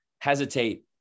hesitate